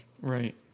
Right